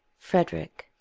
frederick,